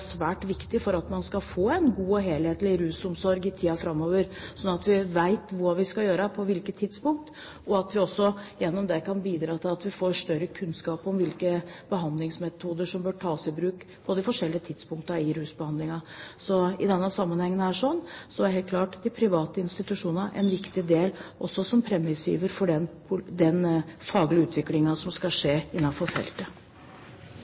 svært viktige for at man skal få en god og helhetlig rusomsorg i tiden framover, slik at vi vet hva vi skal gjøre på hvilket tidspunkt, og også gjennom det kan få større kunnskap om hvilke behandlingsmetoder som bør tas i bruk på de forskjellige tidspunktene i rusbehandlingen. Så i denne sammenhengen er helt klart de private institusjonene en viktig del også som premissgiver for den faglige utviklingen som skal skje innenfor feltet.